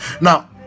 Now